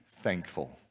thankful